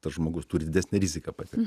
tas žmogus turi didesnę riziką patekt